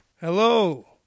hello